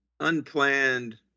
unplanned